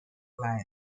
fly